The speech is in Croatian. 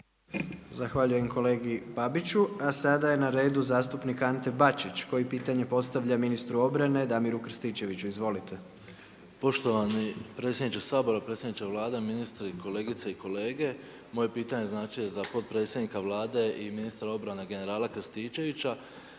Hvala kolegi Babiću. A sada je na redu zastupnik Ante Bačić koji pitanje postavlja ministru obrane Damiru Krstičeviću. Izvolite. **Bačić, Ante (HDZ)** Poštovani predsjedniče Sabora, predsjedniče Vlade, ministri, kolegice i kolege. Moje pitanje je za potpredsjednika Vlade i ministra obrane generala Krstičevića.